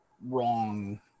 wrong